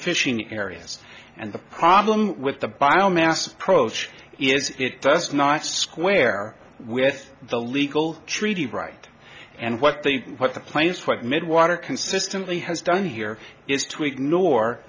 fishing areas and the problem with the bio mass approach is it does not square with the legal treaty right and what the what the plaintiffs what mid water consistently has done here is to ignore